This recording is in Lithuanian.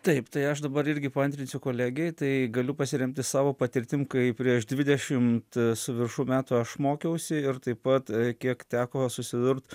taip tai aš dabar irgi paantrinsiu kolegei tai galiu pasiremti savo patirtim kaip prieš dvidešimt su viršum metų aš mokiausi ir taip pat kiek teko susidurt